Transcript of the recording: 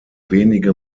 wenige